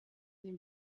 den